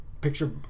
picture